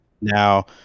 Now